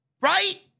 Right